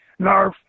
nerf